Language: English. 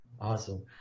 Awesome